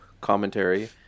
commentary